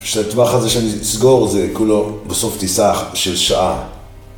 שהטווח הזה שאני ס-אסגור זה כולו, בסוף טיסה-ח של שעה.